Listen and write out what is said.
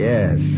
Yes